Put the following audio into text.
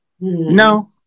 No